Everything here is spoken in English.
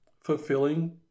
fulfilling